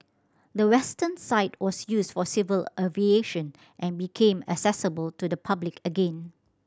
the western side was used for civil aviation and became accessible to the public again